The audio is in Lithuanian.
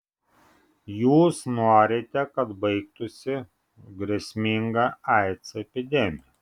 jūs norite kad baigtųsi grėsminga aids epidemija